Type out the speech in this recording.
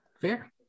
Fair